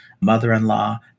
mother-in-law